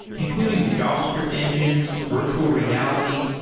including javascript engines, virtual reality,